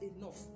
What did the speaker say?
enough